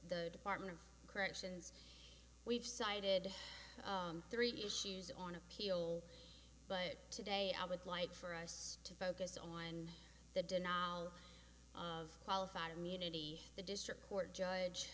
the department of corrections we've cited three issues on appeal but today i would like for us to focus on the denial of qualified immunity the district court judge